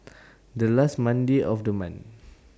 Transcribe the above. The last Monday of The month